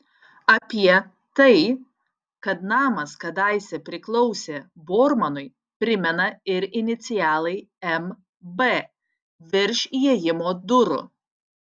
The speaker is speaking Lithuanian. apie tai kad namas kadaise priklausė bormanui primena ir inicialai mb virš įėjimo durų